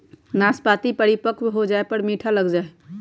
नाशपतीया परिपक्व हो जाये पर मीठा लगा हई